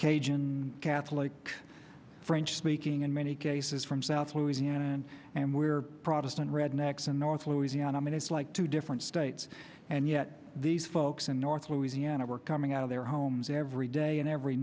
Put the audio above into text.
cajun catholic french speaking in many cases from south louisiana and protestant rednecks and north louisiana i mean it's like two different states and yet these folks in north louisiana were coming out of their homes every day and every